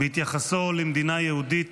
בהתייחסו למדינה יהודית,